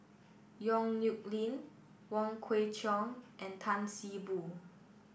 Yong Nyuk Lin Wong Kwei Cheong and Tan See Boo